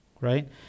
Right